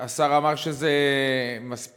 השר אמר שזה מספיק,